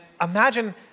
imagine